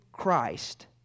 Christ